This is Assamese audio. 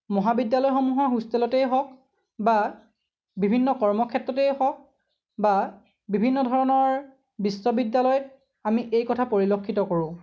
মহাবিদ্যালয় সমূহৰ হোষ্টেলতেই হওক বা বিভিন্ন কৰ্মক্ষেত্ৰতেই হওক বা বিভিন্ন ধৰণৰ বিশ্ববিদ্যালয়ত আমি এই কথা পৰিলক্ষিত কৰোঁ